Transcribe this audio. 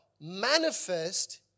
manifest